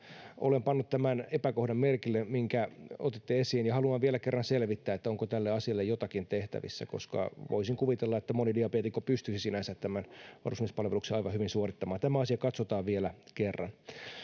olen pannut tämän epäkohdan merkille minkä otitte esiin ja haluan vielä kerran selvittää onko tälle asialle jotakin tehtävissä koska voisin kuvitella että moni diabeetikko pystyisi sinänsä tämän varusmiespalveluksen aivan hyvin suorittamaan tämä asia katsotaan vielä kerran ainakin